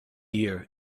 year